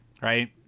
right